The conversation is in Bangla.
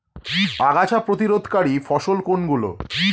আগাছা প্রতিরোধকারী ফসল কোনগুলি?